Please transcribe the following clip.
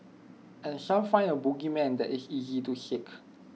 and some find A bogeyman that is easy to seek